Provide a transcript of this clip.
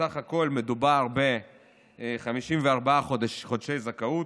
בסך הכול מדובר ב-54 חודשי זכאות.